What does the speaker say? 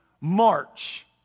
March